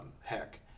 heck